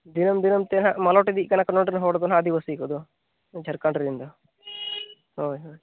ᱫᱤᱱᱚᱢ ᱫᱤᱱᱚᱢ ᱛᱮ ᱱᱟᱦᱟᱸᱜ ᱢᱟᱞᱚᱴ ᱤᱫᱤᱜ ᱠᱟᱱᱟ ᱠᱚ ᱱᱚᱸᱰᱮ ᱨᱮᱱ ᱦᱚᱲ ᱫᱚᱦᱟᱸᱜ ᱟᱹᱫᱤᱵᱟᱹᱥᱤ ᱠᱚᱫᱚ ᱡᱷᱟᱲᱠᱷᱚᱱᱰ ᱨᱮᱱ ᱫᱚ ᱦᱳᱭ ᱦᱳᱭ